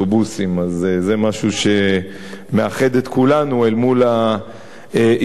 זה משהו שמאחד את כולנו אל מול האיום הזה.